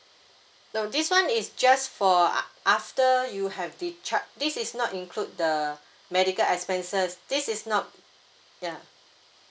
no this [one] is just for after you have discharge this is not include the medical expenses this is not ya